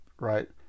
right